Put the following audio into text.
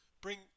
Bring